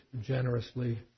generously